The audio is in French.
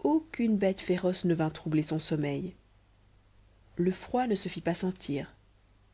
aucune bête féroce ne vint troubler son sommeil le froid ne se fit pas sentir